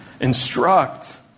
instruct